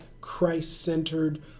Christ-centered